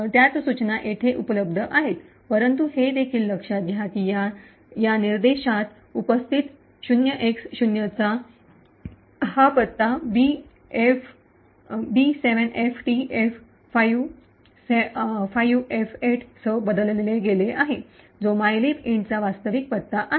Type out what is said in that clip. त्याच सूचना येथे उपलब्ध आहेत परंतु हे देखील लक्षात घ्या की या निर्देशात उपस्थित 0एक्स0 हा पत्ता बी७एफटीएफ५एफ८ सह बदलले गेले आहे जो मायलीब इंटचा वास्तविक पत्ता आहे